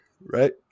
Right